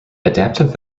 adaptive